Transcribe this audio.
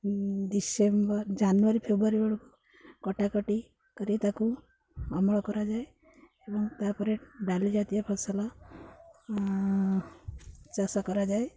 December January February ବେଳକୁ କଟାକଟି କରି ତାକୁ ଅମଳ କରାଯାଏ ଏବଂ ତା'ପରେ ଡାଲି ଜାତୀୟ ଫସଲ ଚାଷ କରାଯାଏ